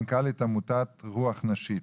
מנכ"לית עמותת רוח נשית.